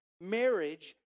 marriage